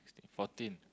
fourteen